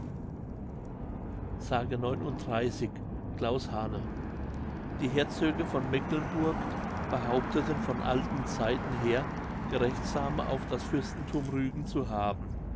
s claus hane die herzöge von mecklenburg behaupteten von alten zeiten her gerechtsame auf das fürstenthum rügen zu haben